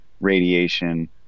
radiation